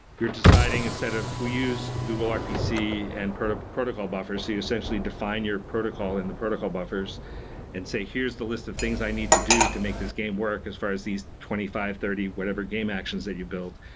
you're deciding a set of we use google rpc and protocol protocol buffers. so you essentially define your protocol in the protocol buffers and say, here's the list of things i need to do to make this game work as far as these twenty five, thirty, whatever game actions that you build.